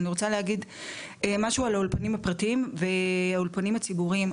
אני רוצה להגיד משהו על האולפנים הפרטיים והאולפנים הציבוריים.